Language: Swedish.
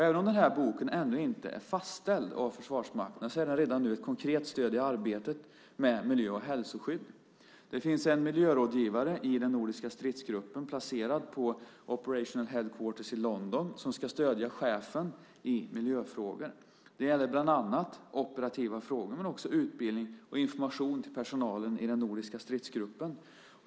Även om boken ännu inte är fastställd av Försvarsmakten är den redan nu ett konkret stöd i arbetet med miljö och hälsoskydd. Det finns en miljörådgivare i den nordiska stridsgruppen, placerad vid Operational Headquarters i London, som ska stödja chefen i miljöfrågor. Det gäller bland annat operativa frågor men också utbildning och information till personalen i den nordiska stridsgruppen.